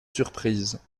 surprise